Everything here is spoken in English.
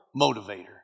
motivator